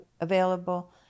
available